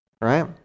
right